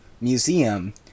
museum